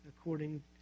according